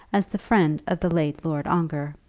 as the friend of the late lord ongar.